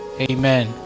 Amen